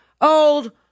old